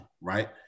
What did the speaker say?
right